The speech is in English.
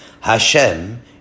Hashem